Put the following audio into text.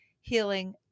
Healing